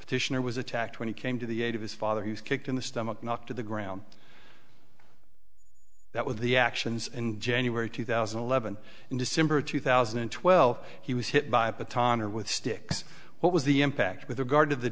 petitioner was attacked when he came to the aid of his father he was kicked in the stomach knocked to the ground that with the actions in january two thousand and eleven in december of two thousand and twelve he was hit by a baton or with sticks what was the impact with regard to the